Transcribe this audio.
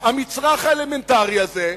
המצרך האלמנטרי הזה,